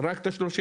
רק את ה-30.